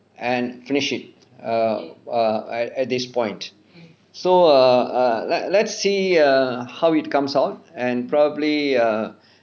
and finish it err err I at this point so err err let's let's see err how it comes out and probably err